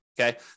Okay